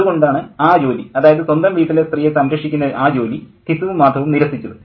അതുകൊണ്ടാണ് ആ ജോലി അതായത് സ്വന്തം വീട്ടിലെ സ്ത്രീയെ സംരക്ഷിക്കുന്ന ആ ജോലി ഘിസുവും മാധവും നിരസിച്ചത്